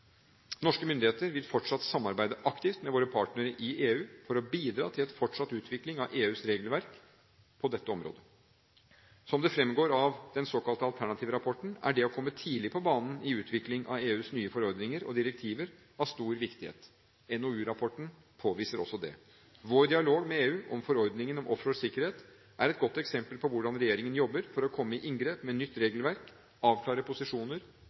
Norske myndigheter vil fortsatt samarbeide aktivt med våre partnere i EU for å bidra til fortsatt utvikling av EUs regelverk på dette området. Som det fremgår av den såkalte Alternativrapporten, er det å komme tidlig på banen i utvikling av EUs nye forordninger og direktiver av stor viktighet. NOU-rapporten påviser også det. Vår dialog med EU om forordningen om offshoresikkerhet er et godt eksempel på hvordan regjeringen jobber for å komme i inngrep med nytt regelverk, avklare posisjoner